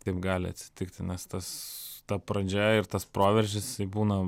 taip gali atsitikti nes tas ta pradžia ir tas proveržis būna